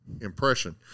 Impression